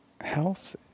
health